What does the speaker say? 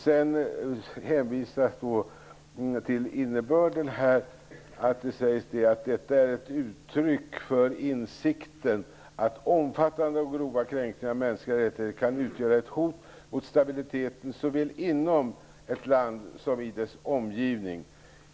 Sedan hänvisas till innebörden. Det sägs: ''Detta är ett uttryck för insikten att omfattande och grova kränkningar av mänskliga rättigheter kan utgöra ett hot mot stabiliteten såväl inom ett land som i dess omgivning.